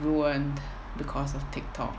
ruined because of tiktok